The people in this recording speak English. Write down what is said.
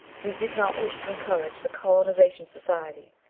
we did not wish to encourage the colonization society,